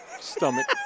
stomach